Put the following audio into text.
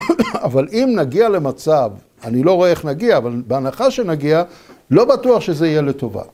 ‫אבל אם נגיע למצב, ‫אני לא רואה איך נגיע, ‫אבל בהנחה שנגיע, ‫לא בטוח שזה יהיה לטובה.